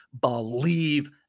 believe